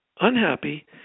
unhappy